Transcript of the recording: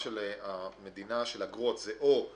אני